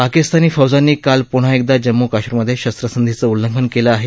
पाकिस्तानी फौजांनी काल पून्हा एकदा जम्मूकाश्मीरमधे शस्त्रसंधीचं उल्लंघन केलं आहे